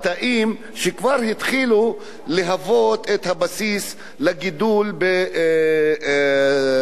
התחילו להוות את הבסיס לגידול של סרטן השד.